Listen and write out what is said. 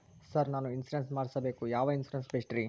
Sir ನಾನು insurance ಮಾಡಿಸಬೇಕು ಯಾವ ಇನ್ಶೂರೆನ್ಸ್ ಬೆಸ್ಟ್ರಿ?